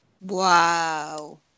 Wow